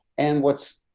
and what's